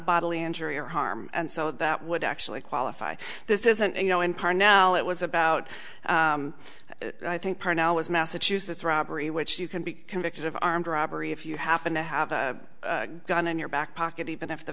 bodily injury or harm and so that would actually qualify this isn't you know in part now it was about i think was massachusetts robbery which you can be convicted of armed robbery if you happen to have a gun in your back pocket even if the